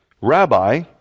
Rabbi